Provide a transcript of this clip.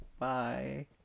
Bye